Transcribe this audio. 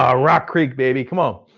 ah rock creek baby, come on.